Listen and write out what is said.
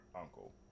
uncle